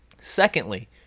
secondly